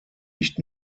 nicht